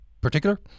particular